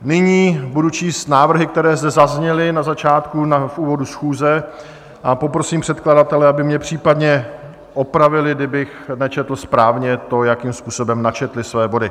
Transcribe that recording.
Nyní budu číst návrhy, které zde zazněly na začátku, v úvodu schůze, a poprosím předkladatele, aby mě případně opravili, kdybych nečetl správně to, jakým způsobem načetli své body.